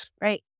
right